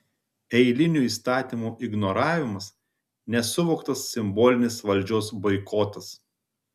eilinių įstatymų ignoravimas nesuvoktas simbolinis valdžios boikotas